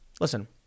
Listen